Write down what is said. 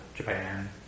Japan